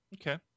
Okay